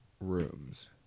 rooms